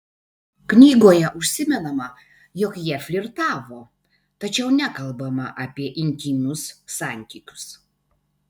knygoje užsimenama jog jie flirtavo tačiau nekalbama apie intymius santykius